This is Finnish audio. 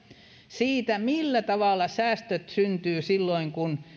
siitä millä tavalla säästöt syntyvät silloin kun